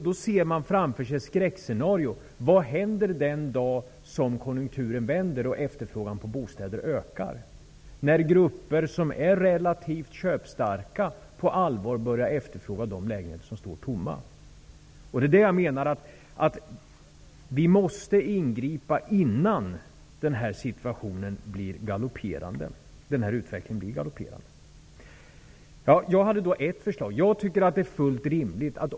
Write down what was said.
Då ser man framför sig ett skräckscenario: Vad händer den dag då konjunkturen vänder och efterfrågan på bostäder ökar, när grupper som är relativt köpstarka på allvar börjar efterfråga de lägenheter som står tomma? Jag menar att vi måste ingripa innan den här utvecklingen blir galopperande. Jag har ett förslag.